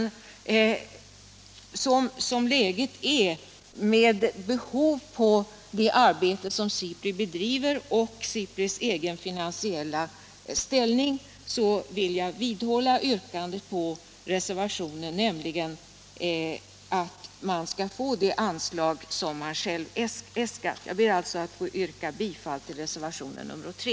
Som läget är, med behovet av det arbete som SIPRI bedriver och med SIPRI:s egen finansiella ställning, vidhåller jag yrkandet i reservationen, nämligen att SIPRI får det anslag som institutet har äskat. Jag ber alltså att få yrka bifall till reservationen 3.